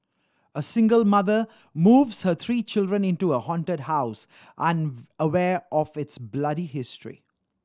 a single mother moves her three children into a haunted house unaware of its bloody history